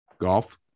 Golf